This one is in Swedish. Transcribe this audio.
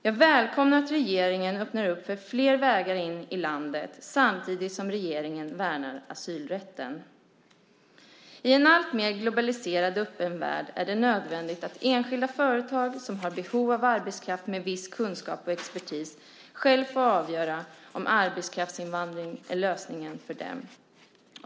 Jag välkomnar att regeringen öppnar upp för flera vägar in i landet samtidigt som regeringen värnar asylrätten. I en alltmer globaliserad och öppen värld är det nödvändigt att enskilda företag som har behov av arbetskraft med viss kunskap och expertis själva får avgöra om arbetskraftsinvandring är lösningen för dem.